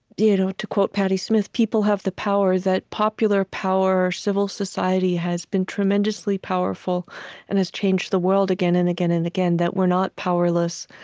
you know to quote patti smith, people have the power, that popular power, civil society, has been tremendously powerful and has changed the world again and again and again. that we're not powerless.